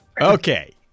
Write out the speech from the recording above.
Okay